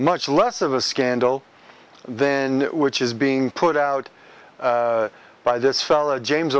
much less of a scandal then which is being put out by this fella james